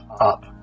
up